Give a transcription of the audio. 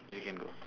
you can go